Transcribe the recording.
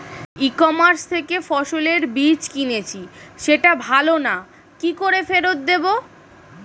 ই commerce থেকে ফসলের বীজ কিনেছি সেটা ভালো না কি করে ফেরত দেব?